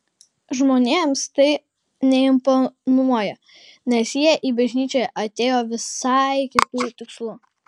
žmonėms tai neimponuoja nes jie į bažnyčią atėjo visai kitu tikslu